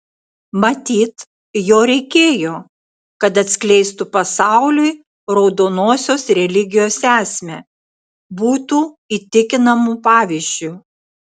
matyt jo reikėjo kad atskleistų pasauliui raudonosios religijos esmę būtų įtikinamu pavyzdžiu